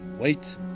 Wait